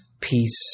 peace